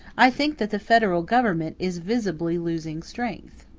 i think that the federal government is visibly losing strength.